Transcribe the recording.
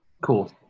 cool